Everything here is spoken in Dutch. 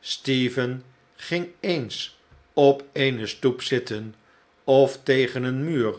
stephen ging eens op eene stoep zitten of tegen een muur